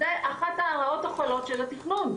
זה אחת הרעות החולות של התכנון,